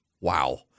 Wow